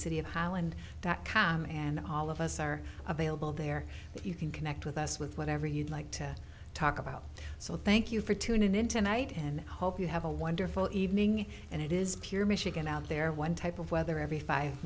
highland dot com and all of us are available there if you can connect with us with whatever you'd like to talk about so thank you for tuning in tonight and hope you have a wonderful evening and it is pure michigan out there one type of weather every five